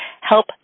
help